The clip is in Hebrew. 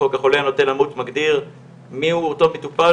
חוק החולה נוטה למות מגדיר מיהו אותו מטופל,